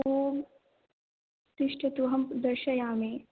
ओं तिष्ठतु अहं दर्शयामि